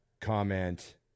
comment